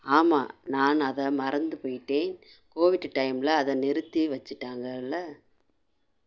ஆமாம் நான் அதை மறந்து போயிட்டேன் கோவிட்டு டைமில் அதை நிறுத்தி வச்சுட்டாங்கள்ல